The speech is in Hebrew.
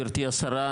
גבירתי השרה,